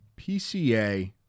pca